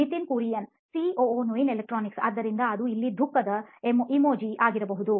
Nitin Kurian COO ನೋಯಿನ್ ಎಲೆಕ್ಟ್ರಾನಿಕ್ಸ್ಆದ್ದರಿಂದ ಅದು ಅಲ್ಲಿ ದುಃಖದ ಇಮೋಜಿ ಯಾಗಿರಬಹುದು